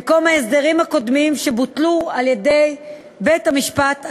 במקום ההסדרים הקודמים שבוטלו על-ידי בית-המשפט העליון.